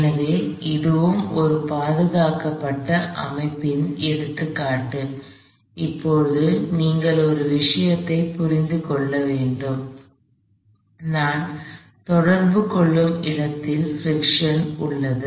எனவே இதுவும் ஒரு பாதுகாக்கப்பட்ட அமைப்பின் எடுத்துக்காட்டு இப்போது நீங்கள் ஒரு விஷயத்தைப் புரிந்து கொள்ள வேண்டும் நான் தொடர்பு கொள்ளும் இடத்தில் பிரிக்க்ஷன் உள்ளது